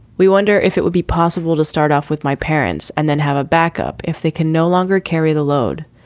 we wonder if it would be possible to start off with my parents and then have a backup if they can no longer carry the load.